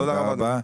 תודה רבה.